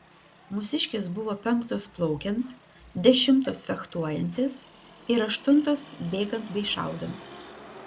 mūsiškės buvo penktos plaukiant dešimtos fechtuojantis ir aštuntos bėgant bei šaudant